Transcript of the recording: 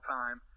time